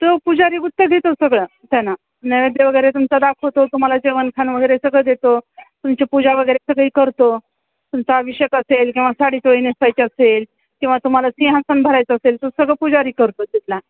तो पूजारी गुत्त घेतो सगळं त्यांना नैवेद्य वगैरे तुमचा दाखवतो तुम्हाला जेवणखान वगैरे सगळं देतो तुमची पूजा वगैरे सगळी करतो तुमचा अभिषेक असेल किंवा साडी चोळी नेसवायची असेल किंवा तुम्हाला सिंहासन भरायचं असेल तो सगळं पूजारी करतो तिथला